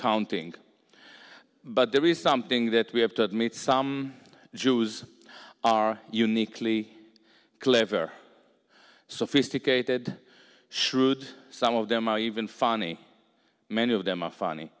counting but there is something that we have to admit some jews are uniquely clever sophisticated shrewd some of them are even funny many of them are funny